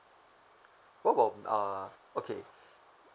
what about uh okay